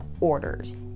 orders